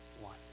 one